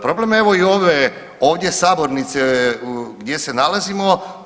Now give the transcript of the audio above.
Problem je evo i ove ovdje sabornice gdje se nalazimo.